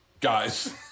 guys